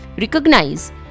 recognize